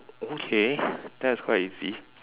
okay that is quite easy